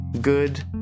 good